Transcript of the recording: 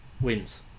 wins